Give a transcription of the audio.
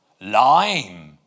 Lime